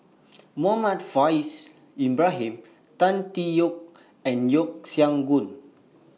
Muhammad Faishal Ibrahim Tan Tee Yoke and Yeo Siak Goon